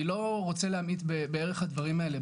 אני לא רוצה להמעיט בערך הדברים האלה,